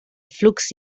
flux